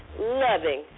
loving